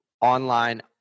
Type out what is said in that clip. online